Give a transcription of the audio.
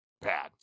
bad